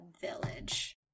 village